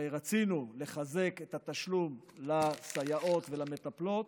הרי רצינו לחזק את התשלום לסייעות ולמטפלות,